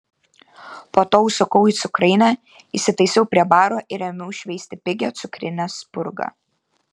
po to užsukau į cukrainę įsitaisiau prie baro ir ėmiau šveisti pigią cukrinę spurgą